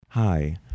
hi